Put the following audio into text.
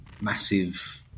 massive